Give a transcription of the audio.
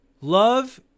Love